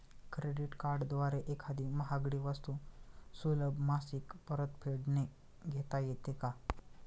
Credit कार्डद्वारे एखादी महागडी वस्तू सुलभ मासिक परतफेडने घेता येते का?